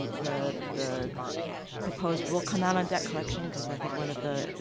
the the proposed rule come out on debt collection, because i think one of the the,